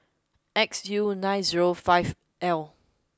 X U nine zero five L